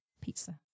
pizza